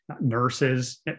nurses